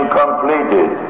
completed